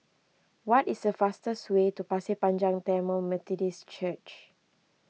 what is the fastest way to Pasir Panjang Tamil Methodist Church